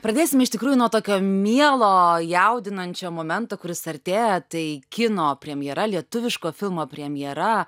pradėsim iš tikrųjų nuo tokio mielo jaudinančio momento kuris artėja tai kino premjera lietuviško filmo premjera